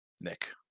Nick